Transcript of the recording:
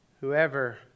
whoever